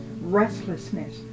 restlessness